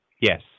Yes